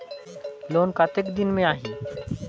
Loan कतेक दिन मे आही?